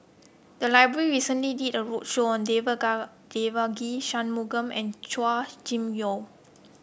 the library recently did a roadshow Devaga Devagi Sanmugam and Chua Kim Yeow